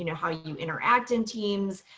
you know how you interact in teams.